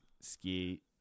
ski